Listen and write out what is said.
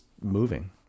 moving